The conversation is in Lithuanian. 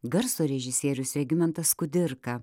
garso režisierius regimantas kudirka